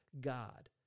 God